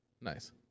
Nice